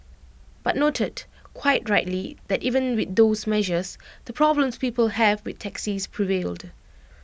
but noted quite rightly that even with those measures the problems people have with taxis prevailed